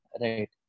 Right